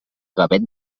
gavet